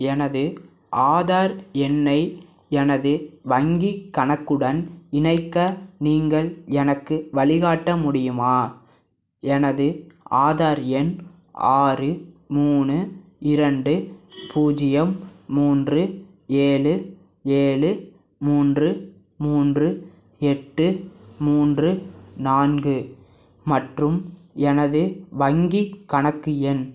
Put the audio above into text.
எனது ஆதார் எண்ணை எனது வங்கிக் கணக்குடன் இணைக்க நீங்கள் எனக்கு வழிகாட்ட முடியுமா எனது ஆதார் எண் ஆறு மூணு இரண்டு பூஜ்ஜியம் மூன்று ஏழு ஏழு மூன்று மூன்று எட்டு மூன்று நான்கு மற்றும் எனது வங்கிக் கணக்கு எண்